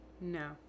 no